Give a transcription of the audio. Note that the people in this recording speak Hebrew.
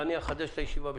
הודעה.